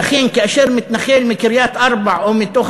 לכן כאשר מתנחל מקריית-ארבע או מתוך